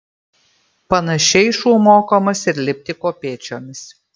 panašiai šuo mokomas ir lipti kopėčiomis